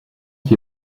qui